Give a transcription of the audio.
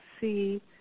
see